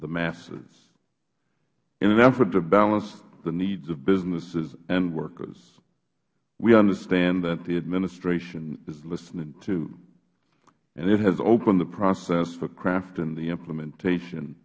the masses in an effort to balance the needs of businesses and workers we understand that the administration is listening too and it has opened the process for crafting the implementation